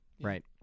right